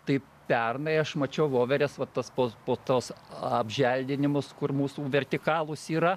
tai pernai aš mačiau voveres va tas po po tuos apželdinimus kur mūsų vertikalūs yra